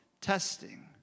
testing